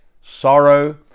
sorrow